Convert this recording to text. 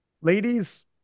ladies